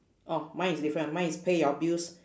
orh mine is different mine is pay your bills